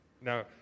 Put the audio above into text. Now